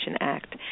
Act